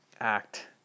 act